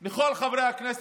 על ידי כל חברי הכנסת